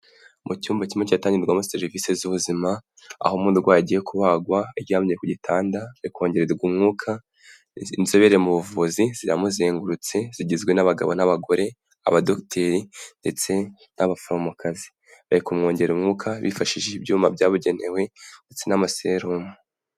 Mu cyumba kimwe cyatangirwamo serivisi z'ubuzima, aho umurwayi agiye kubagwa, aryamye ku gitanda, ari kongererwa umwuka, inzobere mu buvuzi ziramuzengurutse, zigizwe n'abagabo n'abagore, abadogiteri ndetse n'abaforomokazi, bari kumwongerera umwuka bifashishije ibyuma byabugenewe ndetse n'amaserumo.